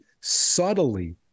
subtly